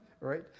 right